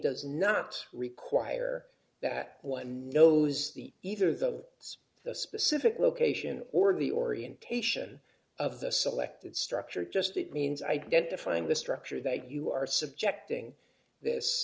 does not require that one knows the either the of it's the specific location or the orientation of the selected structure just it means identifying the structure that you are subjecting this